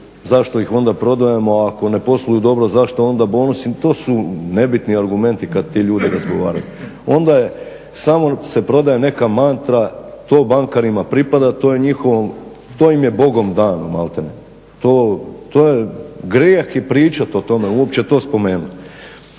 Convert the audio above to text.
zašto ih onda prodajemo, ako ne posluju dobro zašto onda bonusi? To su nebitni argumenti kad ti ljudi razgovaraju. Onda samo se prodaje neka mantra, to bankarima pripada. To je njihovo, to im je maltene Bogom danom. To je grijeh je pričat o tome, uopće to spomenut.